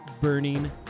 burning